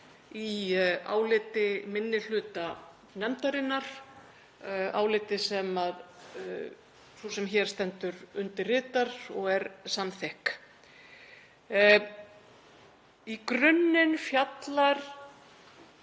í áliti minni hluta nefndarinnar, áliti sem sú sem hér stendur undirritar og er samþykk. Í grunninn fjallar